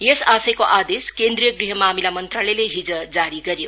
यस आशयको आदेश केन्द्रीय गृह मामिला मन्त्रालयले हिज जारी गर्यो